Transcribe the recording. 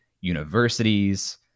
universities